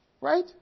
Right